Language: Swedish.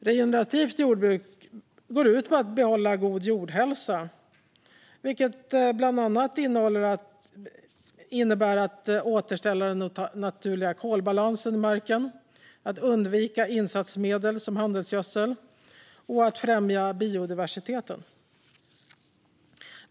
Regenerativt jordbruk går ut på att behålla god jordhälsa, vilket bland annat innebär att återställa den naturliga kolbalansen i marken, att undvika insatsmedel som handelsgödsel och att främja biodiversiteten.